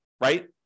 right